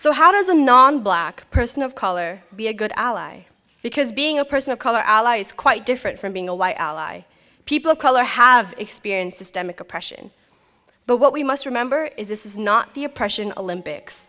so how does a non black person of color be a good ally because being a person of color is quite different from being a why ally people of color have experienced systemic oppression but what we must remember is this is not the oppression olympics